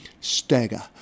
stagger